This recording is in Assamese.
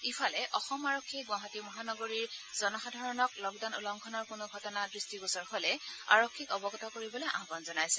ইফালে অসম আৰক্ষীয়ে গুৱাহাটী মহানগৰীৰ জনসাধাৰণক লকডাউন উলংঘনৰ কোনো ঘটনা দৃষ্টিগোচৰ হলে আৰক্ষীক অৱগত কৰিবলৈ আহান জনাইছে